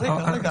רגע.